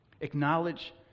acknowledge